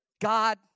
God